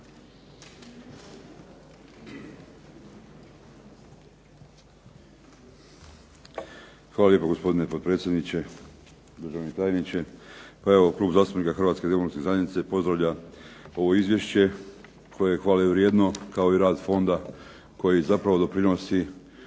Hvala lijepo, gospodine potpredsjedniče. Državni tajniče. Klub zastupnika Hrvatske demokratske zajednice pozdravlja ovo izvješće koje je hvalevrijedno kao i rad fonda koji zapravo doprinosi